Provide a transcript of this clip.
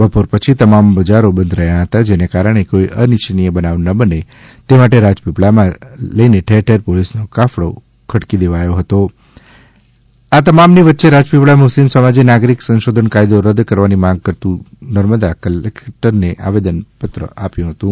બપોર પછીતમામ બજારો બંધ રહ્યા હતા જેને કારણે કોઈ અનિચ્છનિય બનાવ ન બને તે માટે રાજપીપલા મા લઈને ઠેર ઠેર પોલિસનો કાફલો ખડકી દેવાયોહતો આ તમામની વચ્ચેરાજપીપળા મુસ્લિમ સમાજે નાગરિક સંશોધન કાયદો રદ કરવાની માંગ કરતું નર્મદા કલેકટરનેઆવેદનપત્ર આપ્યું હતું